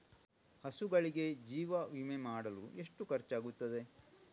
ಹಸುಗಳಿಗೆ ಜೀವ ವಿಮೆ ಮಾಡಲು ಎಷ್ಟು ಖರ್ಚಾಗುತ್ತದೆ?